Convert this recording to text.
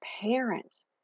parents